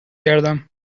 گردم